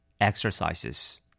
Exercises